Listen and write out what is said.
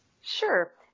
sure